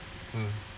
mm